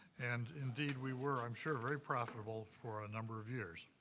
and indeed we were, i'm sure, very profitable for a number of years.